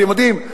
אתם יודעים,